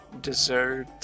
dessert